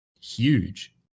huge